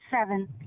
Seven